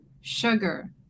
sugar